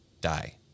die